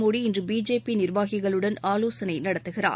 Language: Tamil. மோடி இன்று பிஜேபி நிர்வாகிகளுடன் ஆலோசனை நடத்துகிறார்